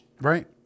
Right